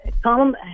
come